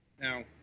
Now